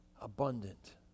abundant